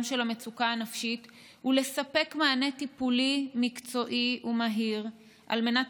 של המצוקה הנפשית ולספק מענה טיפולי מקצועי ומהיר על מנת